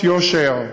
יושר,